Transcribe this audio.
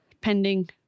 Pending-